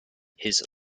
his